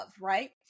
right